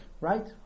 Right